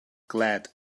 glad